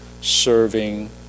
serving